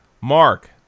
Mark